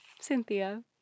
Cynthia